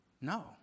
No